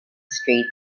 street